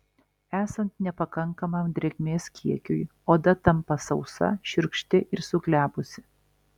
esant nepakankamam drėgmės kiekiui oda tampa sausa šiurkšti ir suglebusi